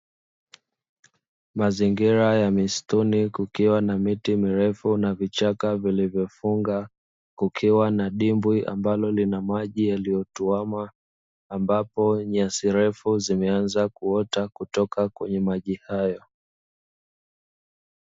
Mazingira ya misituni, kukiwa na miti mirefu na vichaka vilivyofungwa, kukiwa na dimbwi ambalo lina maji yaliyotuama, ambapo nyasi ndefu zimeanza kuota kutoka kwenye maji hayo.